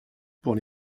pour